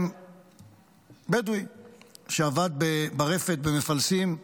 בדואי שעבד ברפת במפלסים,